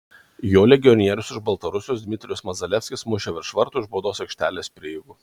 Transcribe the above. jo legionierius iš baltarusijos dmitrijus mazalevskis mušė virš vartų iš baudos aikštelės prieigų